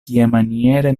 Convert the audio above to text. kiamaniere